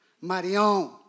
Marion